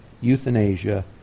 euthanasia